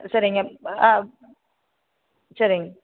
சரிங்க ஆ சரிங்க